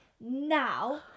now